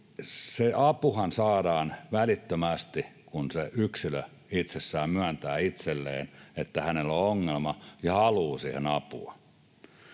apuhan saadaan välittömästi, kun se yksilö itsessään myöntää itselleen, että hänellä on ongelma ja haluaa siihen apua.